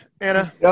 Anna